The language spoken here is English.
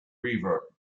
reverb